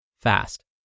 fast